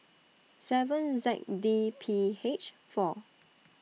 seven Z D P H four